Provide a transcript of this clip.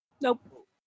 Nope